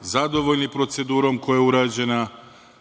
zadovoljni procedurom koja je urađena.